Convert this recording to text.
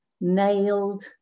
nailed